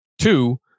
two